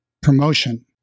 Promotion